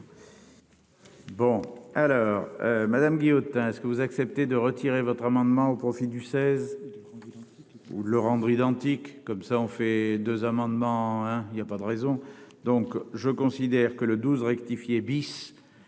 Bon, à l'heure, madame Guillotin, est ce que vous acceptez de retirer votre amendement au profit du 16 de déficit ou le rendre identiques. Comme ça, en fait, 2 amendements, hein, il y a pas de raison donc je considère que le 12 rectifié.